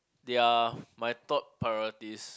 they're my top priorities